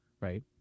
right